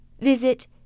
Visit